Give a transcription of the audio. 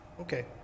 okay